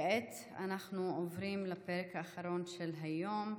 כעת אנחנו עוברים לפרק האחרון של היום.